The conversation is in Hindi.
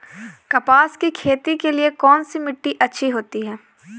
कपास की खेती के लिए कौन सी मिट्टी अच्छी होती है?